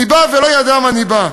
ניבא ולא ידע מה ניבא.